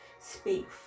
speak